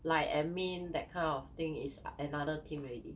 like admin that kind of thing is another team already